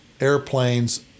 airplanes